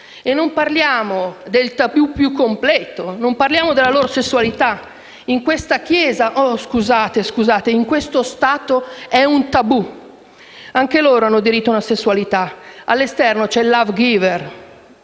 e non parliamo del tabù più completo, della loro sessualità. In questa chiesa, oh, scusate, in questo Stato, è un tabù. Anche loro hanno diritto ad una sessualità. All'esterno c'è il *lovegiver*,